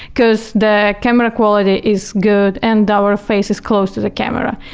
because the camera quality is good and our face is close to the camera.